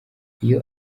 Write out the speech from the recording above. iyo